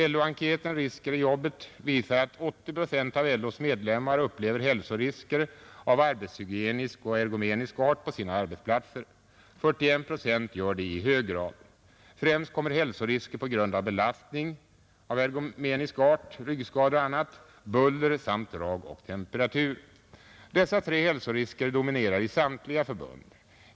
LO-enkäten ”Risker i jobbet” visar att 80 procent av LO:s medlemmar upplever hälsorisker av arbetshygienisk och ergomenisk art på sina arbetsplatser. 41 procent gör det ”i hög grad”. Främst kommer hälsorisker på grund av belastning av ergomenisk art, ryggskador och annat, buller samt drag och temperatur. Dessa tre hälsorisker dominerar i samtliga förbund.